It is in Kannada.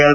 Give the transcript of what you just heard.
ಎಲ್